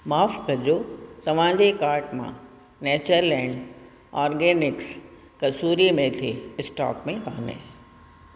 माफ़ कजो तव्हांजे कार्ट में नैचरल ऐंड ऑर्गैनिक्स कस्तूरी मेथी स्टॉक में कान्हे